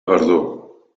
verdú